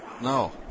No